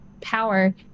power